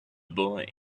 boy